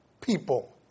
people